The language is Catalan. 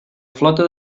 flota